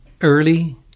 early